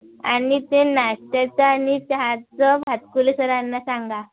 आणि ते नाश्तच आणि चहाच भातकुले सरांना सांगा